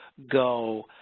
go?